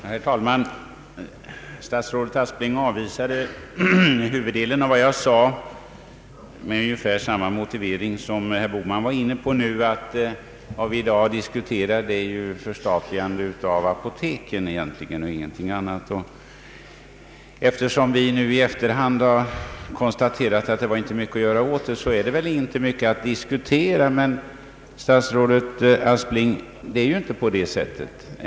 Herr talman! Statsrådet Aspling avvisade huvuddelen av vad jag sade med ungefär samma motivering som herr Bohman var inne på nu, att vad vi i dag diskuterar är förstatligande av apoteken och ingenting annat. Eftersom vi i efterhand har konstaterat att det inte var mycket att göra åt den saken, så är det inte mycket att diskutera. Men, herr statsrådet Aspling, det är ju inte på det sättet.